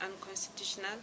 unconstitutional